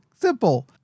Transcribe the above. simple